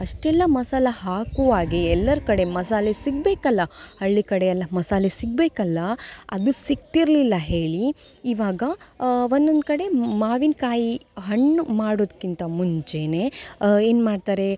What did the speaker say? ಅಷ್ಟೆಲ್ಲ ಮಸಾಲೆ ಹಾಕುವಾಗ ಎಲ್ಲರ ಕಡೆ ಮಸಾಲೆ ಸಿಗಬೇಕಲ್ಲ ಹಳ್ಳಿ ಕಡೆ ಎಲ್ಲ ಮಸಾಲೆ ಸಿಗಬೇಕಲ್ಲ ಅದು ಸಿಗ್ತಿರಲಿಲ್ಲ ಹೇಳಿ ಇವಾಗ ಒಂದೊಂದು ಕಡೆ ಮಾವಿನಕಾಯಿ ಹಣ್ಣು ಮಾಡೊದಕ್ಕಿಂತ ಮುಂಚೆಯೇ ಏನು ಮಾಡ್ತಾರೆ